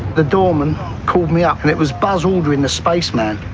the doorman called me up and it was buzz aldrin, the space man.